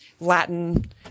Latin